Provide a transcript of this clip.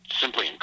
simply